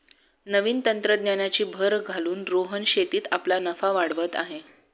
नवीन तंत्रज्ञानाची भर घालून रोहन शेतीत आपला नफा वाढवत आहे